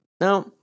Now